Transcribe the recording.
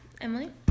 Emily